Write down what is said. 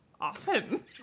Often